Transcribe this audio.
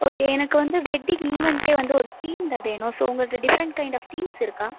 okay எனக்கு வந்து wedding ஈவெண்ட்டே வந்து ஒரு தீமில் வேணும் ஸோ உங்கள்கிட்ட டிஃப்ரண்ட் கைன்ட் ஆஃப் தீம்ஸ் இருக்கா